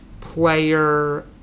player